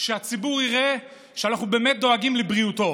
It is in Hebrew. שהציבור יראה שאנחנו באמת דואגים לבריאותו.